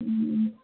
ꯎꯝ ꯎꯝ